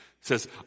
says